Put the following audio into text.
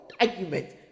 argument